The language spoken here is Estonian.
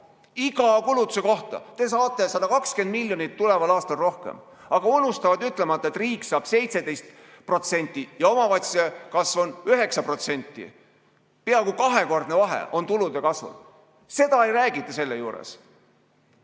Iga kulutuse kohta! Te saate 120 miljonit tuleval aastal rohkem. Aga unustatakse ütlemata, et riik saab 17% ja omavalitsustel on kasv 9%. Peaaegu kahekordne vahe on tulude kasvul. Seda ei räägita selle juures.